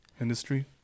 industry